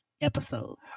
episodes